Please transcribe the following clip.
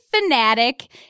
fanatic